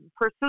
pursue